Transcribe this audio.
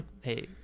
hey